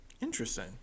Interesting